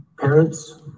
Parents